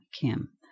Kim